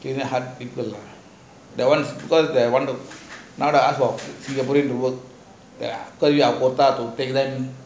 hard people that one that one ya